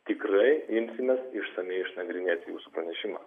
tikrai imsimės išsamiai išnagrinėti jūsų pranešimą